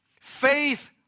faith